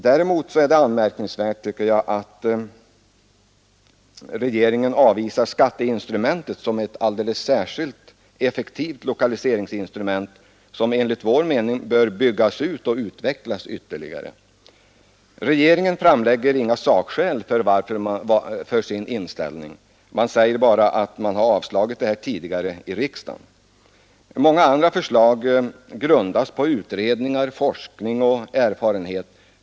Däremot är det anmärkningsvärt, tycker jag, att regeringen avvisar skatteinstrumentet som ett alldeles särskilt effektivt lokaliseringsinstrument som enligt vår mening bör byggas ut och utvecklas. Regeringen framlägger inga sakskäl för sin inställning — det sägs bara att förslagen avslagits tidigare i riksdagen. Många andra förslag grundas på utredningar, forskning och erfarenhet.